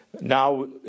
now